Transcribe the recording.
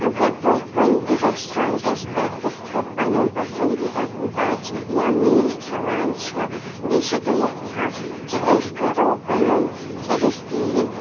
اگر تُہۍ کُنہِ تہِ ریسٹورنٹس پٮ۪ٹھ گٔژھِتھ پنُن پسندیٖدہ بتہٕ یا میٖل کھٮ۪وان چھِ بیٚیہِ چھِ تُہۍ یژھان کہِ أسۍ کرو پنُن رٔسیٖد